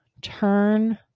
turn